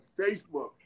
Facebook